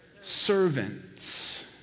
servants